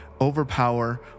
overpower